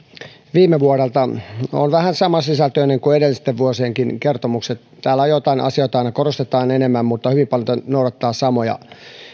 viime vuodelta on vähän samansisältöinen kuin edellistenkin vuosien kertomukset täällä joitakin asioita aina korostetaan enemmän mutta hyvin paljon tämä noudattaa samoja